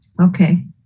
Okay